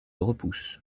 repousse